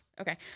Okay